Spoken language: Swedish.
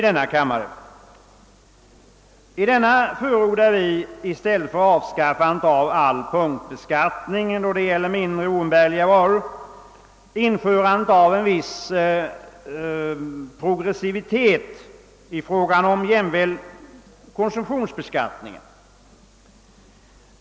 I denna förordar vi i stället för avskaffande av all punktbeskattning, alltså även då det gäller mera umbärliga varor, införande av en viss progressivitet i fråga om jämväl konsumtionsbeskattningen.